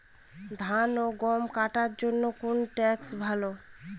ধান ও গম কাটার জন্য কোন ট্র্যাক্টর ভালো?